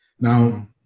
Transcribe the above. Now